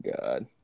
god